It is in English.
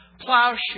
plowshare